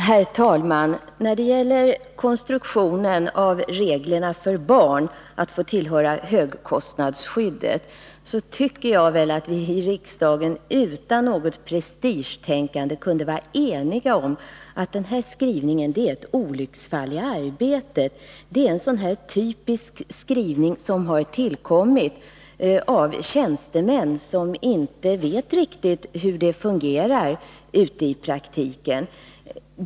Herr talman! När det gäller konstruktionen av reglerna för barn när det gäller att få tillhöra högkostnadsskyddet tycker jag att vi i riksdagen utan något prestigetänkande kunde vara eniga om att denna skrivning är ett olycksfall i arbetet. Det är en sådan här typisk skrivning, som har utarbetats av tjänstemän som inte vet riktigt hur det fungerar i praktiken.